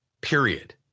period